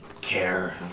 care